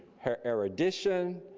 her erudition,